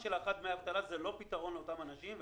של הארכת דמי אבטלה לאותן נשים הוא לא פתרון.